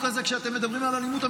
הזה כשאתם מדברים על אלימות המתנחלים.